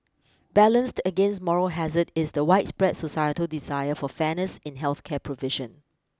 balanced against moral hazard is the widespread societal desire for fairness in health care provision